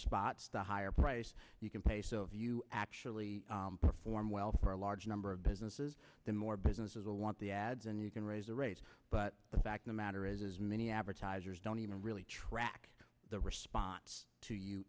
spots the higher price you can pay so of you actually perform well for a large number of businesses the more businesses will want the ads and you raise the rates but the fact the matter is many advertisers don't even really track the response to you